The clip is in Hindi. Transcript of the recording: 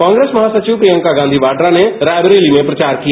कांग्रेस महासचिव प्रियंका गांधी वाड़ा ने रायबरेली में प्रचार किया